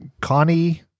Connie